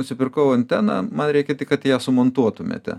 nusipirkau anteną man reikia tik kad ją sumontuotumėte